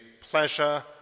pleasure